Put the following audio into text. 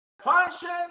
functions